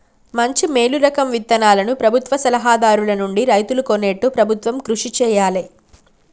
మంచి మేలు రకం విత్తనాలను ప్రభుత్వ సలహా దారుల నుండి రైతులు కొనేట్టు ప్రభుత్వం కృషి చేయాలే